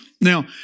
Now